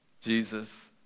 Jesus